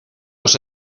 los